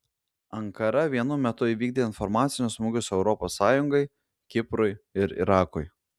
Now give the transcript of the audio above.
ankara vienu metu įvykdė informacinius smūgius europos sąjungai kiprui ir irakui